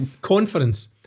conference